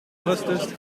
fastest